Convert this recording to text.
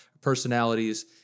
personalities